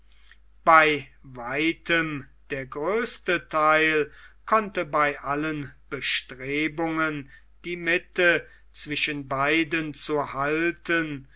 bei weitem der größte theil konnte bei allen bestrebungen die mitte zwischen beiden zu halten